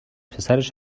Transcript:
پسرش